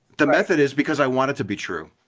the method is, because i want it to be true.